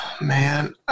Man